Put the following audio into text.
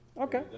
Okay